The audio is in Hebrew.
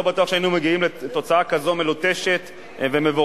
לא בטוח שהיינו מגיעים לתוצאה כזאת מלוטשת ומבורכת,